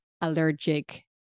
allergic